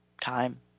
time